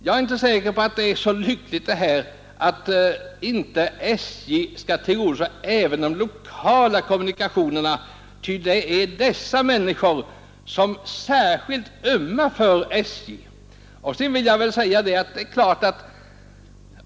Jag är inte säker på att det är så lyckligt att SJ inte tillgodoser även de lokala kommunikationerna, ty det är de resande i lokaltrafiken som särskilt ömmar för SJ.